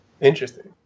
interesting